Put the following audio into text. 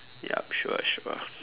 yup sure sure